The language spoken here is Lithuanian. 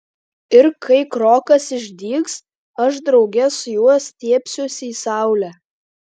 ir kai krokas išdygs aš drauge su juo stiebsiuosi į saulę